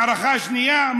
מערכה שנייה,